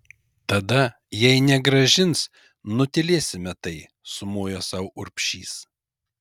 tada jei negrąžins nutylėsime tai sumojo sau urbšys